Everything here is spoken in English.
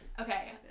Okay